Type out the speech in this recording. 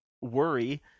worry